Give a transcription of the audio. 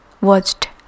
watched